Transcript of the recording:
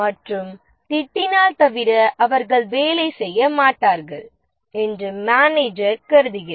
மற்றும் திட்டினால் தவிர அவர்கள் வேலை செய்ய மாட்டார்கள் என்று மேனேஜர் கருதுகிறார்